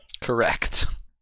Correct